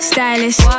Stylist